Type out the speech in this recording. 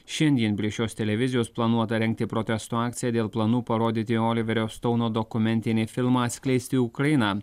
šiandien prie šios televizijos planuota rengti protesto akciją dėl planų parodyti oliverio stouno dokumentinį filmą atskleisti ukrainą